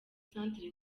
centre